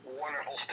wonderful